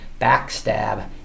backstab